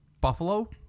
Buffalo